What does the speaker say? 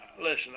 listen